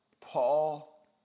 Paul